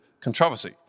controversy